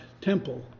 temple